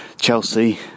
Chelsea